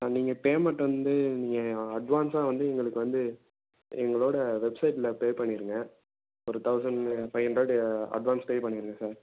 ஆ நீங்கள் பேமெண்ட் வந்து நீங்கள் அட்வான்ஸாக வந்து எங்களுக்கு வந்து எங்களோடய வெப்சைட்டில் பே பண்ணிடுங்க ஒரு thousand five hundred advance pay பண்ணிடுங்க சார்